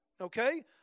okay